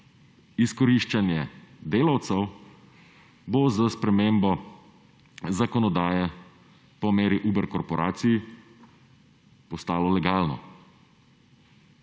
izkoriščanje delavcev bo s spremembo zakonodaje po meri Uber korporaciji postalo legalno.